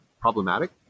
problematic